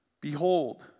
Behold